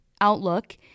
outlook